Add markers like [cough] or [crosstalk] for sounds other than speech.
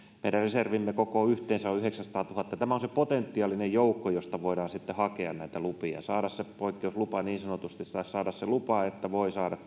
meidän reservimme koko on yhteensä yhdeksänsataatuhatta tämä on se potentiaalinen joukko josta voidaan sitten hakea näitä lupia saada se poikkeuslupa niin sanotusti saada saada se lupa että voi saada [unintelligible]